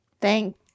Thank